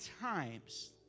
times